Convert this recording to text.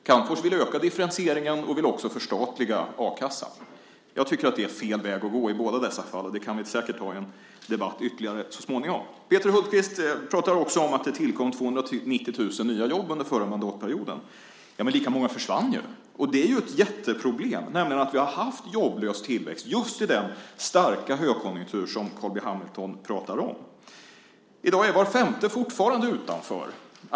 Calmfors vill öka differentieringen och vill också förstatliga a-kassan. Jag tycker att det är fel väg att gå i båda dessa fall. Det kan vi säkert ha en ytterligare debatt om så småningom. Peter Hultqvist talar också om att det tillkom 290 000 nya jobb under förra mandatperioden. Men lika många försvann. Det är ett jätteproblem. Vi har haft jobblös tillväxt just i den starka högkonjunktur som Carl B Hamilton talar om. I dag är var femte fortfarande utanför.